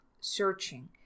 searching